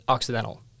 Occidental